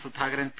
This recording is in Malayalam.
സുധാകരൻ പി